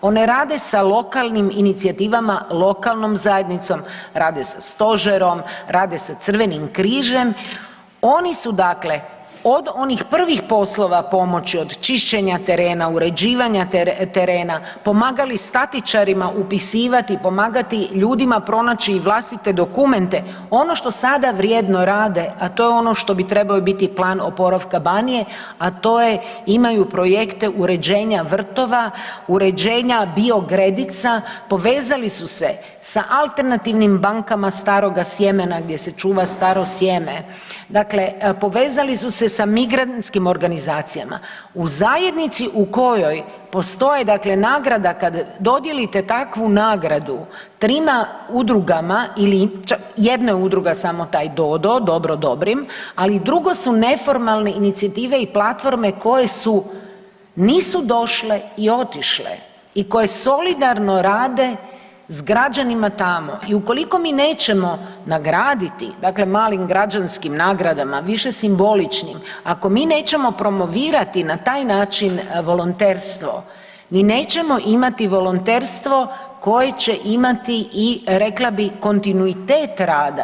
One rade sa lokalnim inicijativama, lokalnom zajednicom, rade sa Stožerom, rade sa Crvenim križem, oni su dakle od onih prvih poslova pomoći od čišćenja terena, uređivanja terena, pomagali statičarima upisivati i pomagati ljudima, pronaći i vlastite dokumente, ono što sada vrijedno rade, a to je ono što bi trebao biti plan oporavka Banije, a to je, imaju projekte uređenja vrtova, uređenja biogredica, povezali su se sa alternativnim bankama staroga sjemena gdje se čuva staro sjeme, dakle, povezali su se sa migrantskim organizacijama, u zajednici u kojoj postoje nagrada kad dodijelite takvu nagradu trima udrugama ili jedno je udruga samo taj DoDo, Dobro Dobrim, ali drugo se neformalne inicijative i platforme koje su, nisu došle i otišle i koje solidarno rade s građanima tamo i ukoliko mi nećemo nagraditi, dakle malim građanskim nagradama, više simboličnim, ako mi nećemo promovirati na taj način volonterstvo, mi nećemo imati volonterstvo koje će imati i, rekla bih, kontinuitet rada.